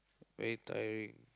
very tiring